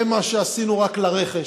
זה מה שעשינו רק לרכש.